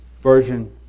version